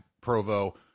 Provo